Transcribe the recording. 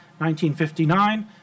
1959